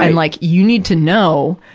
and like, you need to know,